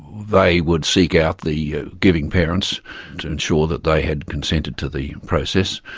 they would seek out the giving parents to ensure that they had consented to the process,